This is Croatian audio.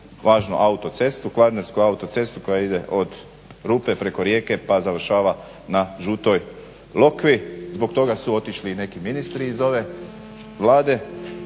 važnu autocestu, Kvarnersku autocestu koja ide od Rupe preko Rijeke pa završava na Žutoj Lokvi, zbog toga su otišli i neki ministri iz ove Vlade.